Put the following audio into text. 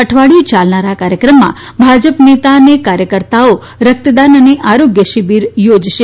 અઠવાડિયું ચાલનારા આ કાર્યક્રમમાં ભાજપ નેતા અને કાર્યકર્તાઓરક્તદાન અને આરોગ્ય શિબિર યોજશે